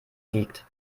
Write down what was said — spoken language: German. liegt